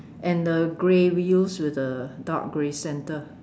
and uh grey wheels with a dark grey centre